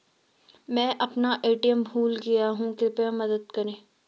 मैं अपना ए.टी.एम भूल गया हूँ, कृपया मदद करें